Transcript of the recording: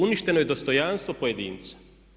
Uništeno je dostojanstvo pojedinaca.